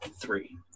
three